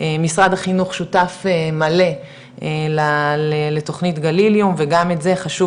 משרד החינוך שותף מלא לתוכנית גליליום וגם את זה חשוב